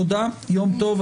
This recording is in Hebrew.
תודה, יום טוב.